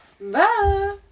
Bye